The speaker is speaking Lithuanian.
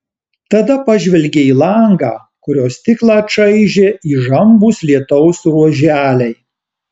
tada pažvelgė į langą kurio stiklą čaižė įžambūs lietaus ruoželiai